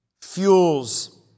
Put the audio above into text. fuels